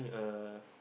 a